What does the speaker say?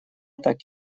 так